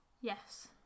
Yes